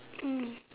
mm